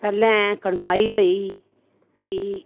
पैह्लें कड़माई होई ही भी